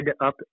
Up